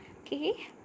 Okay